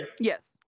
Yes